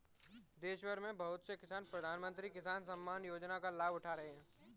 देशभर में बहुत से किसान प्रधानमंत्री किसान सम्मान योजना का लाभ उठा रहे हैं